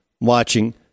watching